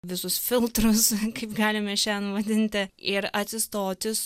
visus filtrus kaip galime šiandien vadinti ir atsistoti